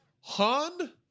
Han